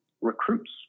recruits